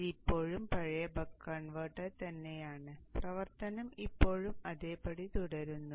അതിനാൽ ഇത് ഇപ്പോഴും പഴയ ബക്ക് കൺവെർട്ടർ തന്നെയാണ് പ്രവർത്തനം ഇപ്പോഴും അതേപടി തുടരുന്നു